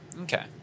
Okay